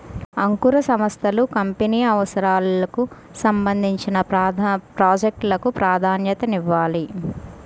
అంకుర సంస్థలు కంపెనీ అవసరాలకు సంబంధించిన ప్రాజెక్ట్ లకు ప్రాధాన్యతనివ్వాలి